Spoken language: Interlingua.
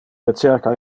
recerca